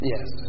Yes